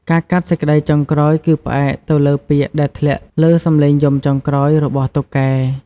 ការកាត់សេចក្តីចុងក្រោយគឺផ្អែកទៅលើពាក្យដែលធ្លាក់លើសំឡេងយំចុងក្រោយរបស់តុកែ។